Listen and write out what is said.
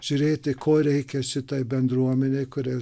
žiūrėti ko reikia šitai bendruomenei kuriai